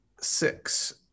six